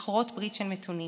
לכרות ברית של מתונים,